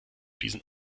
diesen